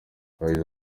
yagize